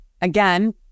again